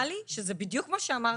נשמע לי שזה בדיוק מה שאמרתי.